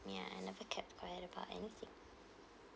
ya I never kept quiet about anything